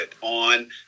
on